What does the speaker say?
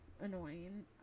annoying